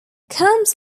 camps